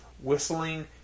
whistling